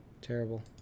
Terrible